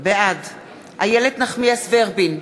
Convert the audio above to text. בעד איילת נחמיאס ורבין,